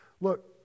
Look